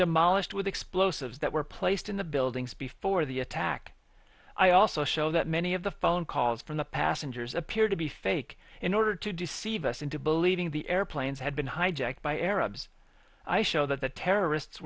demolished with explosives that were placed in the buildings before the attack i also show that many of the phone calls from the passengers appeared to be fake in order to deceive us into believing the airplanes had been hijacked by arabs i show that the terrorists